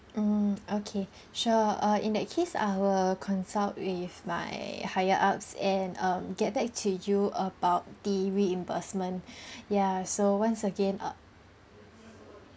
mm okay sure err in that case I will consult with my higher ups and err get back to you about the reimbursement ya so once again ah